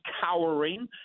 cowering